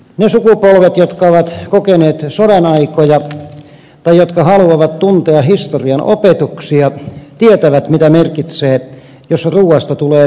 ne sukupolvet jotka ovat kokeneet sodan aikoja tai jotka haluavat tuntea historian opetuksia tietävät mitä merkitsee jos ruuasta tulee puute